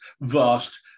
vast